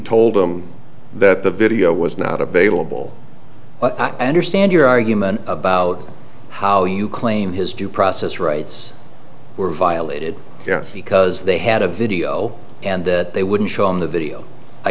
told them that the video was not available but i understand your argument about how you claim his due process rights were violated because they had a video and that they wouldn't show on the video i